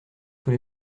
tous